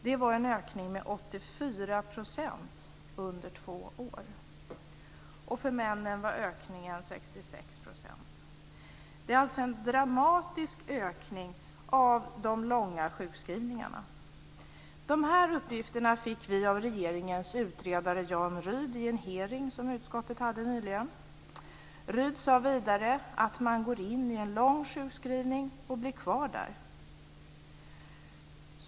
Det var en ökning med 84 % under två år. Det är alltså en dramatisk ökning av de långa sjukskrivningarna. Dessa uppgifter fick vi av regeringens utredare Jan Rydh i en hearing som utskottet hade nyligen. Rydh sade vidare att man går in i en lång sjukskrivning och blir kvar där.